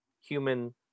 human